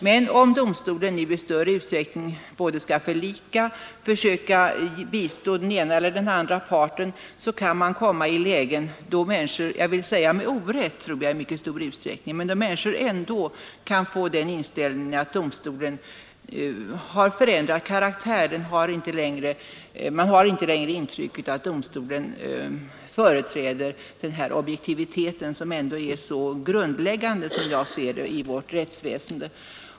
Men om nu domstolen i större utsträckning både skall förlika och försöka bistå den ena eller den andra parten, så kan man komma i lägen då människor — jag tror i stor utsträckning med orätt — kan få den inställningen att domstolen har ändrat karaktär; man har inte längre intrycket att domstolen företräder den objektivitet som ändå är så grundläggande för vårt rättsväsende.